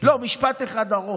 לא, משפט אחד ארוך.